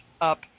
up